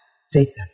Satan